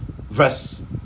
verse